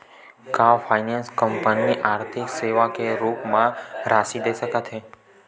का finance company आर्थिक सेवा के रूप म राशि दे सकत हे?